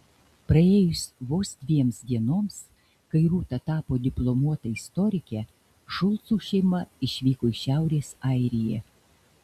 praėjus vos dviems dienoms kai rūta tapo diplomuota istorike šulcų šeima išvyko į šiaurės airiją